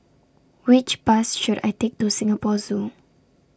Which Bus should I Take to Singapore Zoo